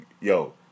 yo